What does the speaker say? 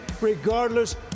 regardless